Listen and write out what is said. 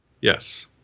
Yes